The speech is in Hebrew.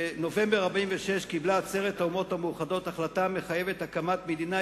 בנובמבר 1946 קיבלה עצרת האומות המאוחדות החלטה המחייבת הקמת מדינה